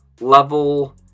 level